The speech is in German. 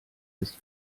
ist